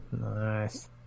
Nice